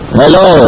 hello